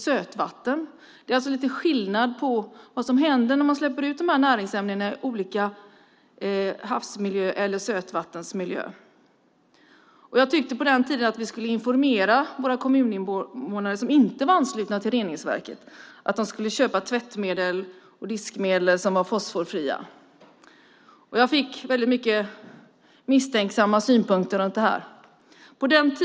Många reningsverk där har avlopp som går ut i salthavet, men det finns också lokala avloppslösningar där avloppet går ut i sötvatten. Det är alltså skillnad på vad som händer när man släpper ut näringsämnena i havsvattenmiljö och i sötvattenmiljö. På den tiden fick jag många misstänksamma synpunkter på det.